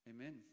Amen